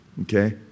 Okay